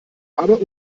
aber